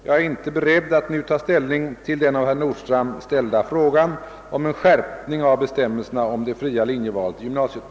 Jag är inte beredd att nu ta ställning till den av herr Nordstrandh ställda frågan om en skärpning av bestämmelserna om det fria linjevalet i gymnasiet.